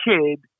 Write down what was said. kid